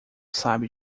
sabe